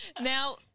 Now